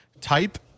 Type